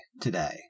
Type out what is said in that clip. today